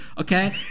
okay